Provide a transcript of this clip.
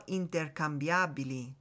intercambiabili